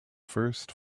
first